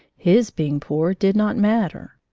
his being poor did not matter.